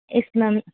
yes ma'am